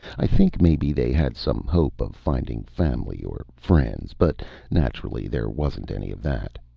i think maybe they had some hope of finding family or friends, but naturally there wasn't any of that.